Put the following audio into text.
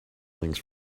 things